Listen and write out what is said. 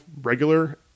regular